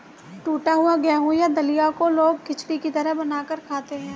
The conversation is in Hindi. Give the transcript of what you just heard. टुटा हुआ गेहूं या दलिया को लोग खिचड़ी की तरह बनाकर खाते है